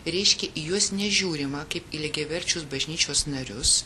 reiškia į juos nežiūrima kaip į lygiaverčius bažnyčios narius